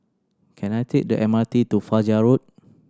can I take the M R T to Fajar Road